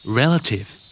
relative